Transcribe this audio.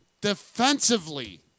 defensively